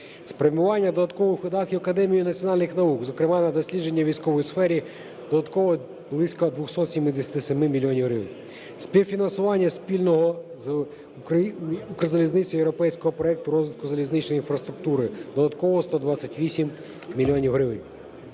Спрямування додаткових видатків академії національних наук, зокрема на дослідження у військовій сфері – додатково близько 277 мільйонів гривень. Співфінансування спільного з Укрзалізницею європейського проєкту розвитку залізничної інфраструктури – додатково 128 мільйонів